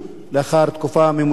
לאחר תקופה ממושכת